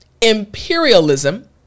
imperialism